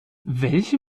welche